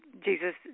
Jesus